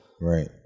Right